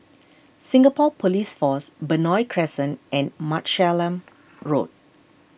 Singapore Police Force Benoi Crescent and Road